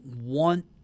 want